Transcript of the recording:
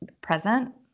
present